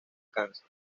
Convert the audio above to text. cáncer